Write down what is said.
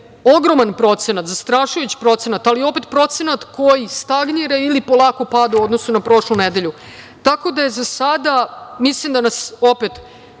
ogroman procenat, zastrašujući procenat, ali opet procenat koji stagnira ili polako pada u odnosu na prošlu nedelju. Mislim da nas vadi